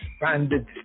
expanded